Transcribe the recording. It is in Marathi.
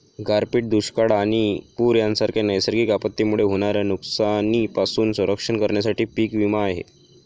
गारपीट, दुष्काळ आणि पूर यांसारख्या नैसर्गिक आपत्तींमुळे होणाऱ्या नुकसानीपासून संरक्षण करण्यासाठी पीक विमा आहे